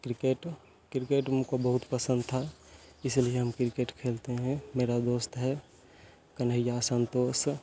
cricket cricket मेको बहुत पसंद था इसलिए हम क्रिकेट खेलते हैं मेरा दोस्त है कन्हैया संतोष